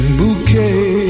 bouquet